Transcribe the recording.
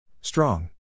Strong